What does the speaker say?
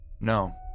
No